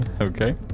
okay